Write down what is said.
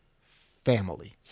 family